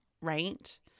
right